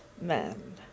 men